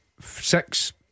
Six